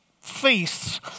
feasts